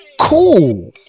cool